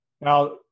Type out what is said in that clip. Now